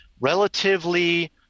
relatively